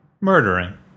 Murdering